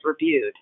reviewed